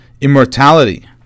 immortality